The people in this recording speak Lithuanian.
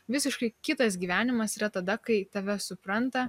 visiškai kitas gyvenimas yra tada kai tave supranta